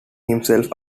himself